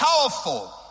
powerful